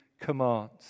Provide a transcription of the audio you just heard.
commands